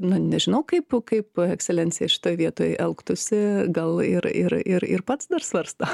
nu nežinau kaip kaip ekscelencija šitoj vietoj elgtųsi gal ir ir ir ir pats dar svarsto